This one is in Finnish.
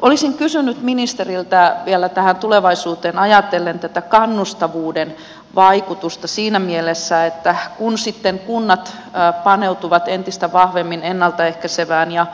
olisin kysynyt ministeriltä vielä tätä tulevaisuutta ajatellen tätä kannustavuuden vaikutusta siinä mielessä että kun sitten kunnat paneutuvat entistä vahvemmin ennaltaehkäisevään ja